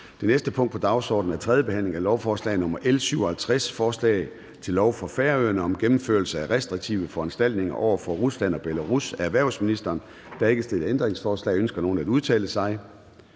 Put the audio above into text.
Det næste punkt på dagsordenen er: 15) 3. behandling af lovforslag nr. L 57: Forslag til lov for Færøerne om gennemførelse af restriktive foranstaltninger over for Rusland og Belarus. Af erhvervsministeren (Morten Bødskov). (Fremsættelse